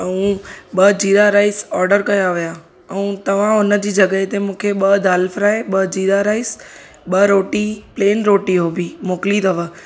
ऐं ॿ jeera rice order कया हुआ ऐं तव्हां हुनजी जॻहि ते मूंखे ॿ दाल फ्राए ॿ जीरा राइस ॿ रोटी प्लेन रोटी उहो बि मोकिली अथव